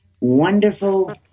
wonderful